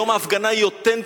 היום ההפגנה היא אותנטית,